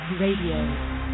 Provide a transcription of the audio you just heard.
Radio